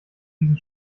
diesen